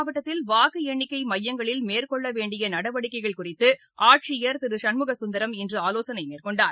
மாவட்டத்தில் வாக்குஎண்ணிக்கைமையங்களில் மேற்கொள்ளவேண்டியநடவடிக்கைகள் வேலர் குறித்துஆட்சியர் திருசண்முகசுந்தரம் இன்றுஆலோசனைமேற்னொண்டார்